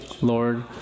Lord